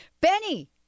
Benny